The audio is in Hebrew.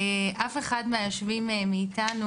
אף אחד מהיושבים מאיתנו,